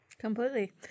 Completely